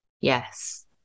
Yes